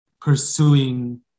pursuing